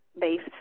based